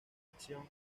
acción